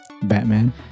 Batman